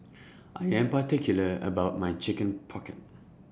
I Am particular about My Chicken Pocket